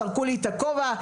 זרקו לי את הכובע,